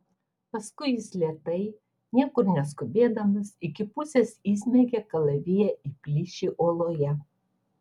paskui jis lėtai niekur neskubėdamas iki pusės įsmeigė kalaviją į plyšį uoloje